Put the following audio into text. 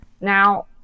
Now